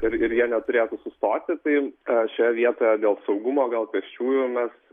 ir ir jie neturėtų sustoti tai šioje vietoje dėl saugumo gal pėsčiųjų mes